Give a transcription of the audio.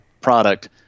product